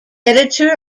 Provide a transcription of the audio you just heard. editor